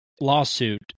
lawsuit